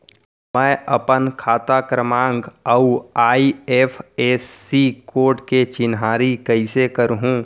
मैं अपन खाता क्रमाँक अऊ आई.एफ.एस.सी कोड के चिन्हारी कइसे करहूँ?